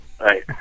Right